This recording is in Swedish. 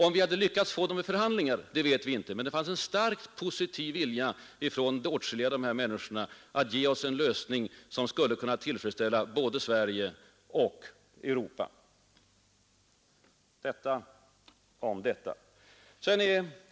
Om vi hade lyckats få dem vid förhandlingarna därom vet vi intet; däremot att det fanns en stark positiv vilja från åtskilliga av dessa människor att ge oss en lösning som skulle kunna tillfredsställa både Sverige och Europa. Detta om detta.